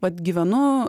vat gyvenu